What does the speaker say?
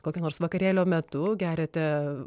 kokio nors vakarėlio metu geriate